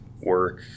work